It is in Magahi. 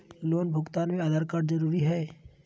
लोन भुगतान में आधार कार्ड जरूरी है?